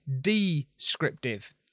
descriptive